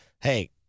hey